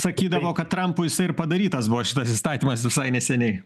sakydavo kad trampui jisai ir padarytas buvo šitas įstatymas visai neseniai